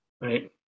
Right